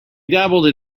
dabbled